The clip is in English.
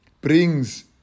brings